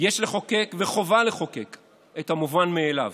יש לחוקק וחובה לחוקק את המובן מאליו.